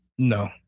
No